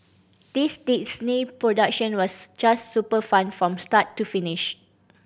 this Disney production was just super fun from start to finish